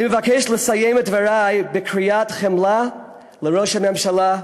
אני מבקש לסיים את דברי בקריאה לחמלה לראש הממשלה,